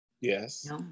Yes